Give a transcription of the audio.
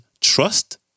Trust